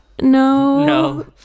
No